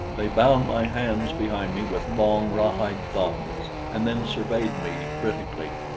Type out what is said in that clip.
they bound my hands behind me with long rawhide thongs and then surveyed me critically.